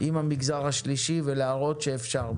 עם המגזר השלישי ולהראות שאפשר.